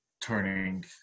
turning